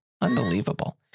Unbelievable